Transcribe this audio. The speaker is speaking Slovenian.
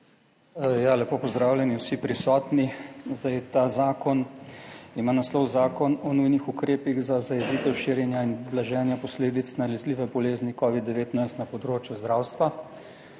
Lepo pozdravljeni vsi prisotni! Ta zakon ima naslov Zakon o nujnih ukrepih za zajezitev širjenja in blaženja posledic nalezljive bolezni COVID-19 na področju zdravstva,